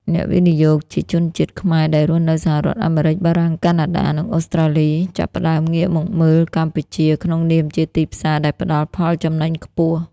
អ្នកវិនិយោគជាជនជាតិខ្មែរដែលរស់នៅសហរដ្ឋអាមេរិក បារាំង កាណាដា និងអូស្ត្រាលី ចាប់ផ្ដើមងាកមកមើលកម្ពុជាក្នុងនាមជាទីផ្សារដែលផ្ដល់ផលចំណេញខ្ពស់។